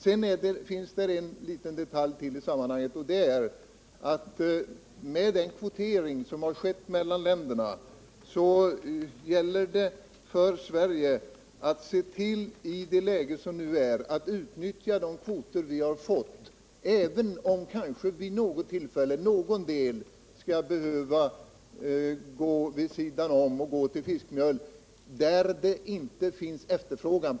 Det bör tilläggas ytterligare en detalj i sammanhanget, och det är att med den kvotering som skett mellan länderna gäller det för Sverige att i nuvarande läge se till att utnyttja de kvoter vi har fått, även om det vid något tillfälle kan bli fråga om visst fiske efter foderfisk därför att tillgången på en fiskart kan "vara större än efterfrågan.